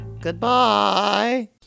Goodbye